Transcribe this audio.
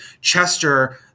Chester